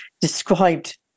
described